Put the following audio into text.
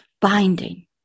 binding